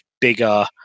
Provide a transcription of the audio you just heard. bigger